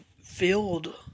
filled